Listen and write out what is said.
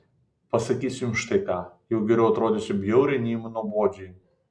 pasakysiu jums štai ką jau geriau atrodysiu bjauriai nei nuobodžiai